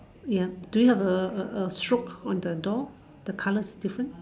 ya do you have a a a stroke on the door the colour difference